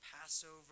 Passover